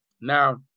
Now